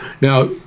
Now